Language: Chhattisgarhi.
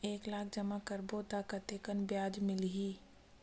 एक लाख जमा करबो त कतेकन ब्याज मिलही?